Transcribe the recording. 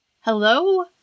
Hello